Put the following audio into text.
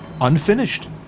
unfinished